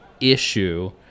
issue